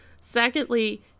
Secondly